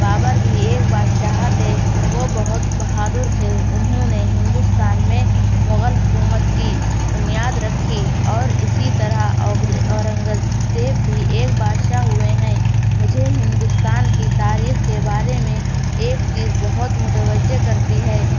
بابر بھی ایک بادشاہ تھے وہ بہت بہادر تھے انہوں نے ہندوستان میں مغل حکومت کی بنیاد رکھی اور اسی طرح اورنگزیب بھی ایک بادشاہ ہوئے ہیں مجھے ہندوستان کی تاریخ کے بارے میں ایک چیز بہت متوجہ کرتی ہے